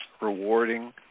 rewarding